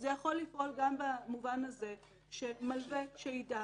זה יכול לפעול גם במובן הזה שמלווה שידע